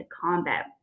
combat